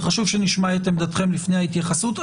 וחשוב שנשמע את עמדתכם לפני ההתייחסות.